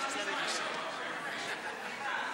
התשע"ה 2015,